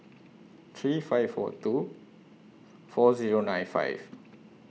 three five four two four Zero nine five